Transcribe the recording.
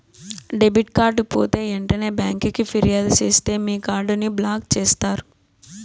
debit card పోతే ఎంటనే బ్యాంకికి ఫిర్యాదు సేస్తే మీ కార్డుని బ్లాక్ చేస్తారు